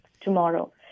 tomorrow